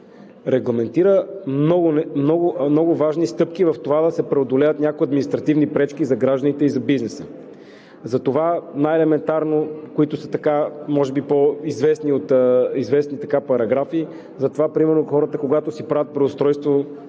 регламентира много важни стъпки в това да се преодолеят някои административни пречки за гражданите и за бизнеса. Затова най-елементарно – по отношение на по-известните параграфи. Примерно от хората, когато си правят преустройство